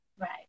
right